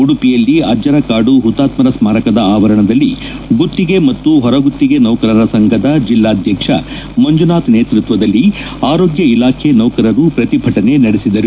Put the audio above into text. ಉಡುಪಿಯಲ್ಲಿ ಅಜ್ಜರಕಾಡು ಹುತಾತ್ವರ ಸ್ಥಾರಕದ ಆವರಣದಲ್ಲಿ ಗುತ್ತಿಗೆ ಮತ್ತು ಹೊರಗುತ್ತಿಗೆ ನೌಕರರ ಸಂಘದ ಜಿಲ್ಲಾಧ್ವಕ್ಷ ಮಂಜುನಾಥ ನೇತೃತ್ವದಲ್ಲಿ ಆರೋಗ್ಯ ಇಲಾಖೆ ನೌಕರರು ಪ್ರತಿಭಟನೆ ನಡೆಸಿದರು